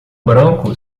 branco